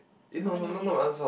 how many do you eat